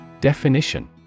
Definition